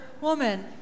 Woman